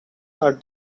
are